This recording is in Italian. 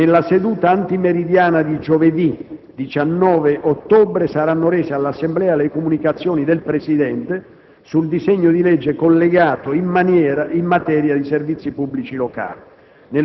Nella seduta antimeridiana di giovedì 19 ottobre saranno rese all'Assemblea le comunicazioni del Presidente sul disegno di legge collegato in materia di servizi pubblici locali.